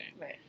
Right